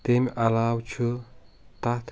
تیٚمۍ علاوٕ چھُ تتھ